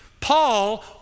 Paul